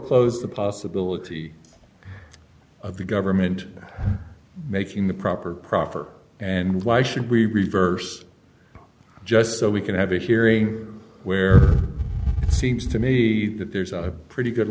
foreclose the possibility of the government making the proper proffer and why should we reverse just so we can have a hearing where it seems to me that there's a pretty good